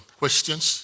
questions